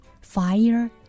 Fire